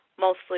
mostly